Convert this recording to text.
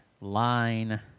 line